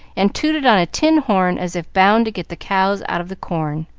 and tooted on a tin horn as if bound to get the cows out of the corn.